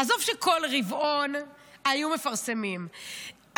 עזוב שבכל רבעון היו מפרסמים,